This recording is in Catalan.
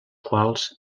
quals